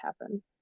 happen